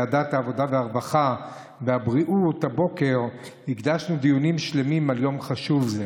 הרווחה והבריאות הבוקר הקדשנו דיונים שלמים ליום חשוב זה.